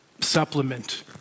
supplement